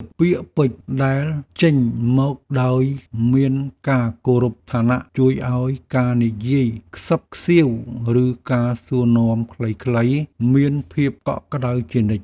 ពាក្យពេចន៍ដែលចេញមកដោយមានការគោរពឋានៈជួយឱ្យការនិយាយខ្សឹបខ្សៀវឬការសួរនាំខ្លីៗមានភាពកក់ក្តៅជានិច្ច។